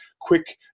quick